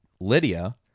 Lydia